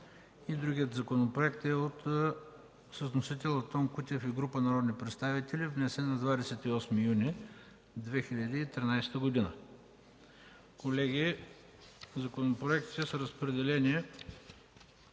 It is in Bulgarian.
Другият законопроект е с вносител Антон Кутев и група народни представители, внесен на 28 юни 2013 г. Колеги, законопроектите са разпределени